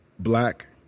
Black